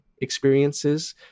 experiences